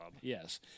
Yes